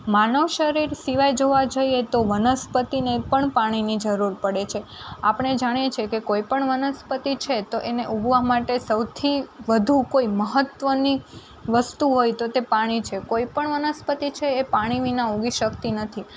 માનવ શરીર સિવાય જોવા જઈએ તો વનસ્પતિને પણ પાણીની જરૂર પડે છે આપણે જાણીએ છીએ કે કોઈપણ વનસ્પતિ છે તો એને ઊગવા માટે સૌથી વધુ કોઈ મહત્વની વસ્તુ હોય તો તે પાણી છે કોઈપણ વનસ્પતિ છે એ પાણી વિના ઊગી શકતી નથી